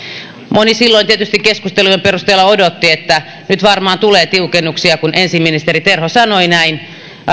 moni silloin tietysti keskustelujen perusteella odotti että nyt varmaan tulee tiukennuksia kun ensin ministeri terho sanoi näin